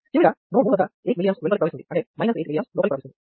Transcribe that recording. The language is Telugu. చివరగా నోడ్ 3 వద్ద 8 mA వెలుపలకి ప్రవహిస్తుంది అంటే " 8 mA" లోపలకి ప్రవహిస్తుంది